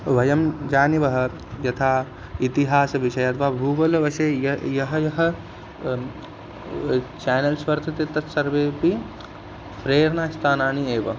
वयं जानीवः यथा इतिहासविषये अथवा भूगोलविषये यः यः यः चानल्स् वर्तते तत् सर्वेपि प्रेरणास्थानानि एव